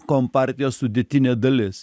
kompartijos sudėtinė dalis